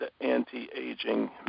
anti-aging